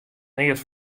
neat